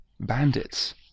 Bandits